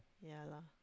ya lah